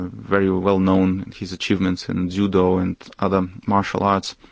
very well known his achievements in judo and other martial arts.